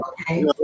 okay